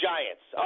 Giants